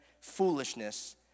foolishness